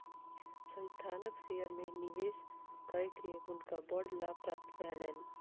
संस्थानक शेयर में निवेश कय के हुनका बड़ लाभ प्राप्त भेलैन